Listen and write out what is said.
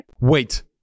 Wait